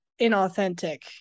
inauthentic